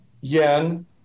yen